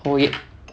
போயி:poyi